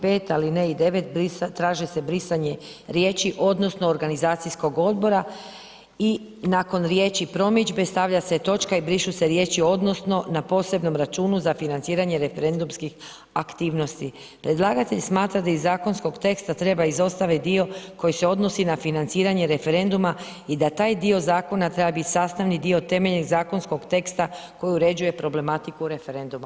5. alineji 9. traži se brisanje riječi „odnosno organizacijskog odbora“ i nakon riječi „promidžbe“ stavlja se točka i brišu se riječi „odnosno na posebnom računu za financiranje referendumskih aktivnosti.“ Predlagatelj smatra da iz zakonskog teksta treba izostaviti dio koji se odnosi na financiranje referenduma i da taj dio zakona treba bit sastavni dio temeljnog zakonskog teksta koji uređuje problematiku referenduma.